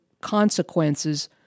consequences